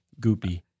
goopy